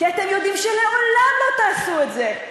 כי אתם יודעים שלעולם לא תעשו את זה,